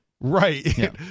Right